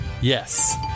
Yes